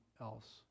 else